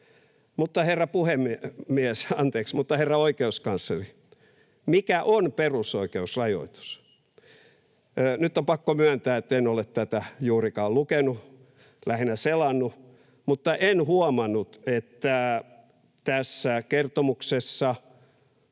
Mutta, herra oikeuskansleri, mikä on perusoikeusrajoitus? Nyt on pakko myöntää, että en ole tätä juurikaan lukenut, lähinnä selannut, mutta en huomannut, että tässä kertomuksessa